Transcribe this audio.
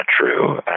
true